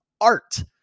art